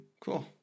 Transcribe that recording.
Cool